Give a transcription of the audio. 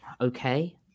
okay